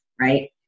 right